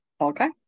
Okay